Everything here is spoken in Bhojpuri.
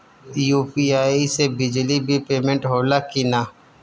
यू.पी.आई से बिजली बिल पमेन्ट होला कि न?